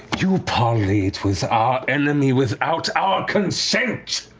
you parlayed with our enemy without our consent!